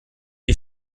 die